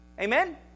Amen